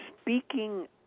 speaking